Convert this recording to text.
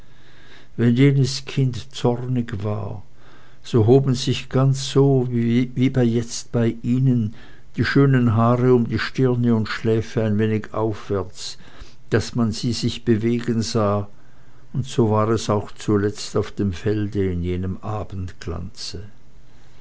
wenn jenes kind zornig war so hoben sich ganz so wie jetzt bei ihnen die schönen haare um stirne und schläfe ein wenig aufwärts daß man sie sich bewegen sah und so war es auch zuletzt auf dem felde in jenem